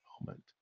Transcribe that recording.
moment